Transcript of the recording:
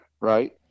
right